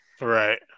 right